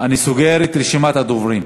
אני סוגר את רשימת הדוברים.